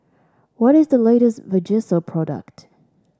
what is the latest Vagisil product